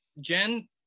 Jen